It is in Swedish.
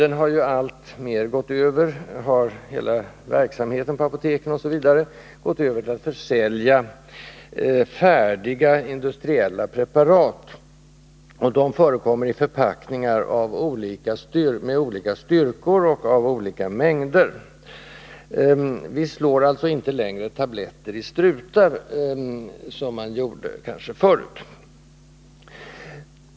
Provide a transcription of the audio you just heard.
Nu för tiden har verksamheten på apoteken alltmer gått över till försäljning av färdiga industriella preparat, och de förekommer i förpackningar med olika styrkor och med olika mängder. Vi slår alltså inte längre in tabletter i strutar, som man kunde göra förr.